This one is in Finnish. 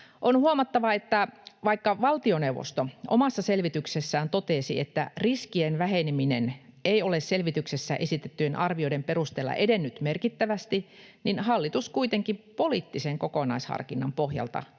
On huomattava, että vaikka valtioneuvosto omassa selvityksessään totesi, että riskien väheneminen ei ole selvityksessä esitettyjen arvioiden perusteella edennyt merkittävästi, niin hallitus kuitenkin poliittisen kokonaisharkinnan pohjalta